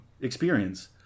experience